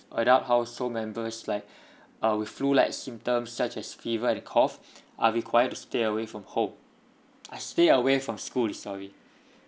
adult household members like uh with flu like symptoms such as fever and cough are required to stay away from home ah stay away from school sorry